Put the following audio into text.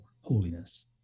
holiness